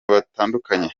batandukanye